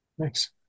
thanks